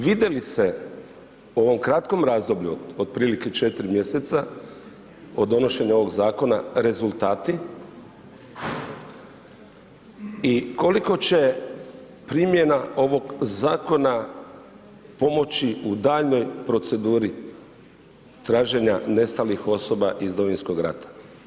Vide li se u ovom kratkom razdoblju, otprilike 4 mjeseca od donošenja ovog zakona rezultati i koliko će primjena ovog zakona pomoći u daljnjoj proceduri traženja nestalih osoba iz Domovinskog rata?